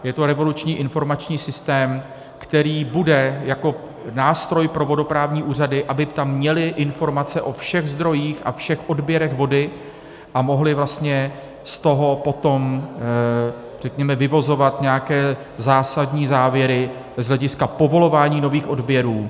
Je to revoluční informační systém, který bude jako nástroj pro vodoprávní úřady, aby tam měly informace o všech zdrojích a všech odběrech vody a mohly vlastně z toho potom, řekněme, vyvozovat nějaké zásadní závěry z hlediska povolování nových odběrů.